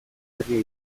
herria